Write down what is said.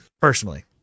Personally